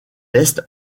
est